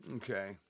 Okay